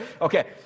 Okay